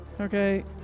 Okay